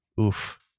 oof